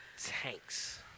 tanks